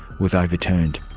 was overturned.